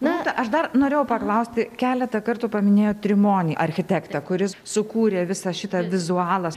rūta aš dar norėjau paklausti keletą kartų paminėjot trimonį architektą kuris sukūrė visą šitą vizualą